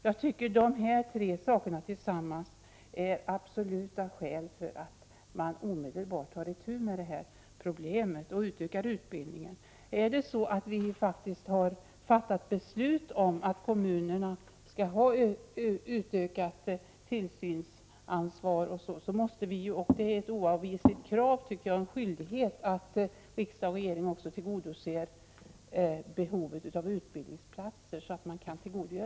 Jag tycker att dessa tre förhållanden tillsammans är absoluta skäl för att man omedelbart måste ta itu med det här problemet och utöka utbildningen. Har vi faktiskt fattat beslut om att kommunerna skall ha ett utökat tillsynsansvar är det ett oavvisligt krav och en skyldighet att riksdag och regering också tillgodoser behovet av utbildningsplatser.